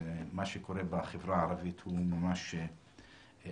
מה שקורה בחברה הערבית הוא ממש אסון.